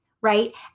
right